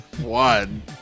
one